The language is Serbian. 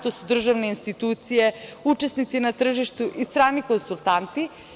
To su državne institucije, učesnici na tržištu i strani konsultanti.